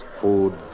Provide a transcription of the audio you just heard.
food